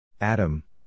Adam